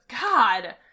God